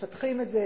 מפתחים את זה.